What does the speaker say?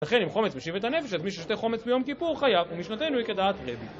לכן, אם חומץ משיב את הנפש, אז מי ששותה חומץ ביום כיפור חייב, ומשנתנו היא כדעת רבי.